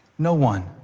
no one,